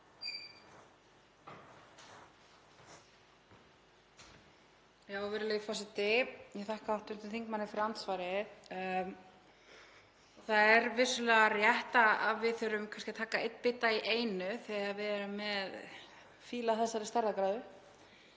Virðulegi forseti. Ég þakka hv. þingmanni fyrir andsvarið. Það er vissulega rétt að við þurfum kannski að taka einn bita í einu þegar við erum með fíl af þessari stærðargráðu.